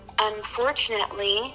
unfortunately